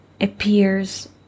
appears